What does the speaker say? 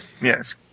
Yes